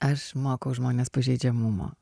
aš mokau žmones pažeidžiamumo